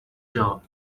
job